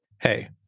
Hey